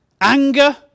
Anger